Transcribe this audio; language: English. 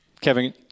Kevin